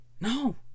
No